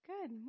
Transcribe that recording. Good